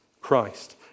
Christ